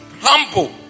humble